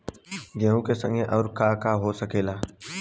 गेहूँ के संगे आऊर का का हो सकेला?